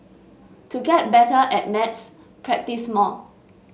to get better at maths practise more